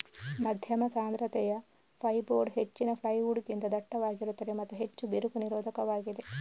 ಮಧ್ಯಮ ಸಾಂದ್ರತೆಯ ಫೈರ್ಬೋರ್ಡ್ ಹೆಚ್ಚಿನ ಪ್ಲೈವುಡ್ ಗಿಂತ ದಟ್ಟವಾಗಿರುತ್ತದೆ ಮತ್ತು ಹೆಚ್ಚು ಬಿರುಕು ನಿರೋಧಕವಾಗಿದೆ